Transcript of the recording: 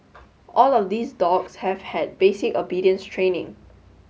all of these dogs have had basic obedience training